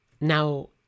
Now